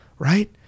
right